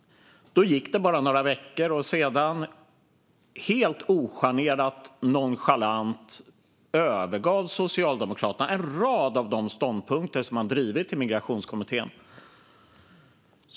Men efter att Migrationskommittén lade fram sitt betänkande gick det bara några veckor innan Socialdemokraterna helt ogenerat och nonchalant övergav en rad av de ståndpunkter som man drivit i Migrationskommittén.